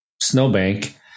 snowbank